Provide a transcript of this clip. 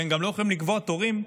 והם גם לא יכולים לקבוע תורים,